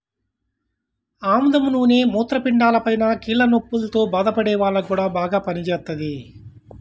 ఆముదం నూనె మూత్రపిండాలపైన, కీళ్ల నొప్పుల్తో బాధపడే వాల్లకి గూడా బాగా పనిజేత్తది